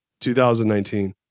2019